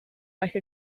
like